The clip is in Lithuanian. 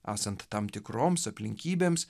esant tam tikroms aplinkybėms